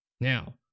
Now